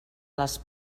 les